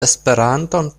esperanton